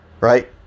Right